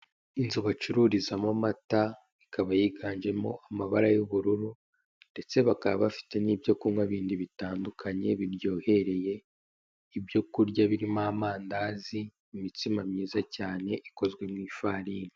Inzu bacururizamo amata ikaba yiganjemo amabara y'ubururu ndetse bakaba bafite n'ibyo kunywa bindi bitandukanye biryohereye ibyo kurya birimo amandazi imitsima myiza cyane ikozwe mu ifarini.